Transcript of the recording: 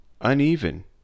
uneven